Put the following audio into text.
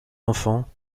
enfants